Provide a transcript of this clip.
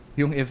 yung